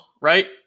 right